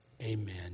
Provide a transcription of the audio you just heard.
amen